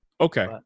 Okay